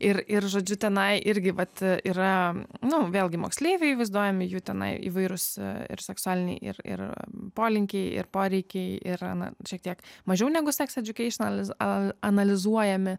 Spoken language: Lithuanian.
ir ir žodžiu tenai irgi vat yra nu vėlgi moksleiviai vaizduojami jų tenai įvairūs ir seksualiniai ir ir polinkiai ir poreikiai yra na šiek tiek mažiau negu seks edjukeišen anali analizuojami